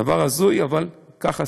דבר הזוי, אבל כך עשינו,